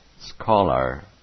scholar